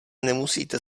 nemusíte